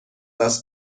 دست